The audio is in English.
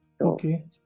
Okay